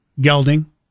gelding